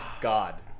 God